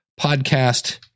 Podcast